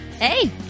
Hey